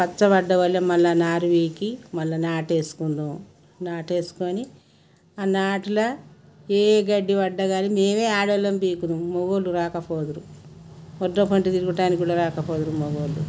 పచ్చబడ్డ వలే మళ్ళ నారు పీకి మళ్ళ నాటేసుకుందుము నాటు వేసుకొని ఆ నాట్ల ఏ గడ్డి పడ్డగానే మేమే ఆడోళ్ళము పీకుదాం మొగోళ్ళు రాక పోదురు వడ్డ పంటకు తిరుగుడానికి కూడా రాకపోదురు మొగోళ్ళు